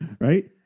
right